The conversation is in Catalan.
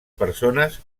persones